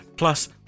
Plus